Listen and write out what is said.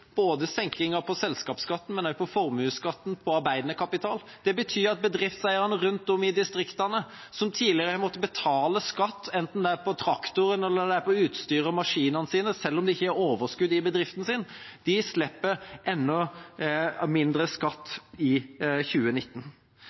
både senkingen av selskapsskatten og også av formuesskatten, skatt på arbeidende kapital. Det betyr at bedriftseierne rundt om i distriktene, som tidligere har måttet betale skatt, enten det er på traktoren eller på utstyr og på maskinene sine, selv om de ikke har overskudd i bedriften sin, får enda mindre skatt i 2019.